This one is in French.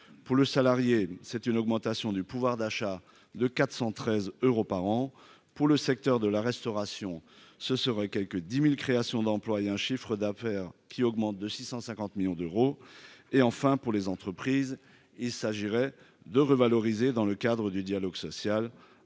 pour le salarié, c'est une augmentation du pouvoir d'achat de 413 euros par an pour le secteur de la restauration, ce serait quelque 10000 créations d'emplois et un chiffre d'affaires qui augmente de 650 millions d'euros, et enfin pour les entreprises et il s'agirait de revaloriser, dans le cadre du dialogue social,